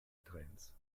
trends